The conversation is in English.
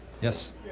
Yes